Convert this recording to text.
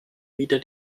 wieder